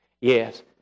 Yes